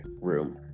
room